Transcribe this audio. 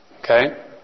Okay